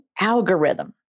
algorithm